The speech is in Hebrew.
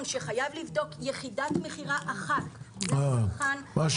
שחייב לבדוק יחידת מכירה אחת- -- עצרי.